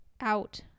out